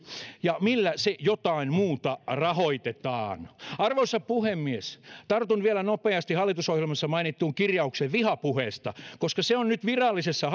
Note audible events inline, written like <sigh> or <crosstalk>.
ja millä se jotain muuta rahoitetaan arvoisa puhemies tartun vielä nopeasti hallitusohjelmassa mainittuun kirjaukseen vihapuheesta koska se on nyt virallisessa <unintelligible>